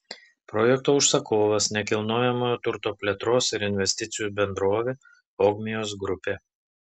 projekto užsakovas nekilnojamojo turto plėtros ir investicijų bendrovė ogmios grupė